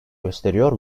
gösteriyor